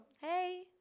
hey